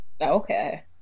okay